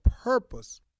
purpose